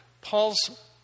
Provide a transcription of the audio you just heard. Paul's